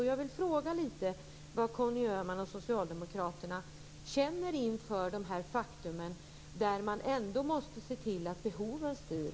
Jag vill fråga vad Conny Öhman och socialdemokraterna känner inför dessa faktum. Man måste ändå se till att behoven styr.